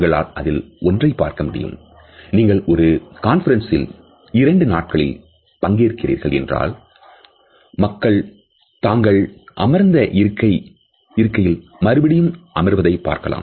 உங்களால் அதில் ஒன்றைப் பார்க்க முடியும் நீங்கள் ஒரு கான்பரன்சில் இரண்டு நாட்களில் பங்கேற்கிறார்கள் என்றால் மக்கள் தாங்கள் அமர்ந்த இருக்கை இல்மறுபடியும் அமர்வதை பார்க்கலாம்